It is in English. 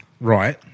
Right